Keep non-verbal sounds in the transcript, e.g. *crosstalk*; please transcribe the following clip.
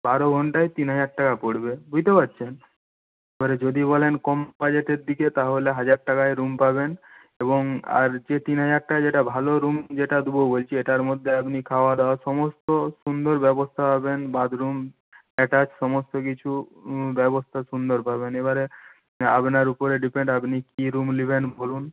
*unintelligible* বারো ঘণ্টায় তিন হাজার টাকা পড়বে বুঝতে পারছেন এবারে যদি বলেন কম বাজেটের দিকে তাহলে হাজার টাকায় রুম পাবেন এবং আর যে তিন হাজার টাকায় যেটা ভালো রুম যেটা দেবো বলছি এটার মধ্যে আপনি খাওয়া দাওয়া সমস্ত সুন্দর ব্যবস্থা পাবেন বাথরুম অ্যাটাচ সমস্ত কিছু ব্যবস্থা সুন্দর পাবেন এবারে আপনার উপরে ডিপেন্ড আপনি কী রুম নেবেন বলুন